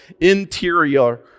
interior